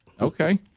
Okay